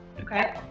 Okay